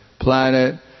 planet